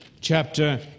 chapter